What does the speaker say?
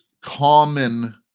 common